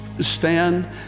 stand